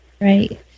Right